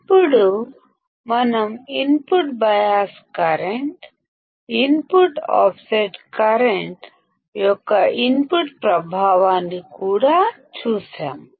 అప్పుడు మనం input bias current input offset current ల ఇన్పుట్ ప్రభావాన్ని కూడా చూశాము